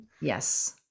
yes